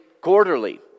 quarterly